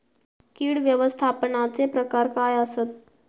कीड व्यवस्थापनाचे प्रकार काय आसत?